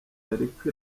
yariko